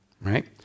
right